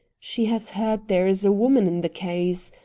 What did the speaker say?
she has heard there is a woman in the case.